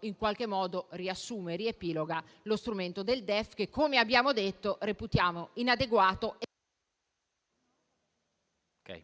in qualche modo riassume e riepiloga lo strumento del DEF che - come abbiamo detto - reputiamo inadeguato,